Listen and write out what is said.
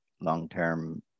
long-term